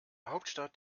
hauptstadt